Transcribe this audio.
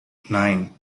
nine